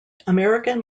american